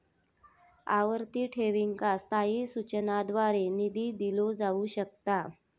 आवर्ती ठेवींका स्थायी सूचनांद्वारे निधी दिलो जाऊ शकता